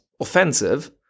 offensive